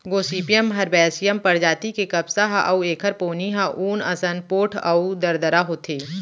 Gossypium herbaceum परजाति के कपसा ह अउ एखर पोनी ह ऊन असन पोठ अउ दरदरा होथे